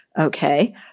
Okay